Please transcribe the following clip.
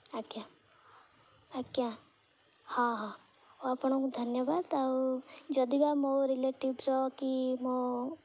ଆଜ୍ଞା ଆଜ୍ଞା ହଁ ହଁ ହଁ ଆପଣଙ୍କୁ ଧନ୍ୟବାଦ ଆଉ ଯଦି ବା ମୋ ରିଲେଟିଭ୍ର କି ମୋ